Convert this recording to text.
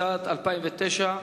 התשס"ט 2009,